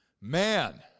Man